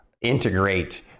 integrate